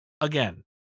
again